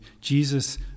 Jesus